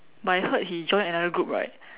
but I heard he join another group right